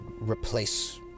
replace